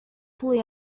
fully